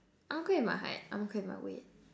I'm okay with my height I'm okay with my weight